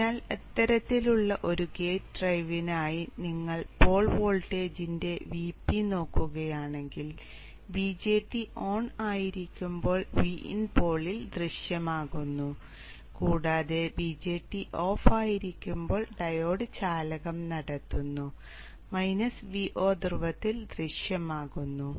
അതിനാൽ ഇത്തരത്തിലുള്ള ഒരു ഗേറ്റ് ഡ്രൈവിനായി നിങ്ങൾ പോൾ വോൾട്ടേജിന്റെ Vp നോക്കുകയാണെങ്കിൽ BJT ഓൺ ആയിരിക്കുമ്പോൾ Vin പോളിൽ ദൃശ്യമാകുന്നു കൂടാതെ BJT ഓഫ് ആയിരിക്കുമ്പോൾ ഡയോഡ് ചാലകം നടത്തുന്നു മൈനസ് Vo ധ്രുവത്തിൽ ദൃശ്യമാകുന്നു